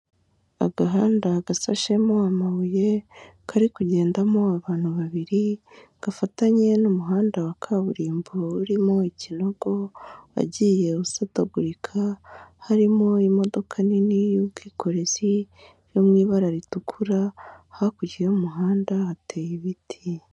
Agahanda gasashemo amabuye, kari kugendamo abantu babiri, gafatanye n'umuhanda wa kaburimbo urimo ikinogo, wagiye usatagurika, harimo imodoka nini y'ubwikorezi, yo mu ibara ritukura, hakurya y'umuhanda hateye ibiti.